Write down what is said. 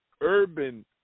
Urban